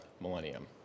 millennium